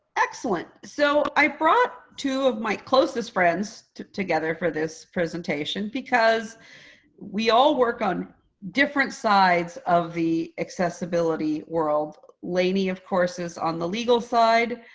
excellent. so i brought two of my closest friends together for this presentation because we all work on different sides of the accessibility world. lainey, of course, is on the legal side,